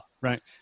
Right